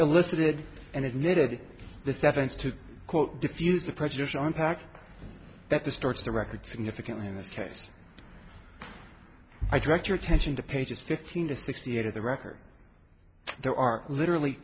elicited and admitted the sevens to quote diffuse the prejudice on pack that distorts the record significantly in this case i direct your attention to pages fifteen to sixty eight of the record there are literally